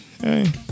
hey